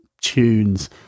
tunes